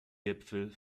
gipfel